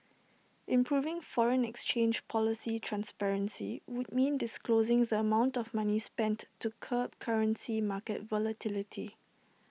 improving foreign exchange policy transparency would mean disclosing the amount of money spent to curb currency market volatility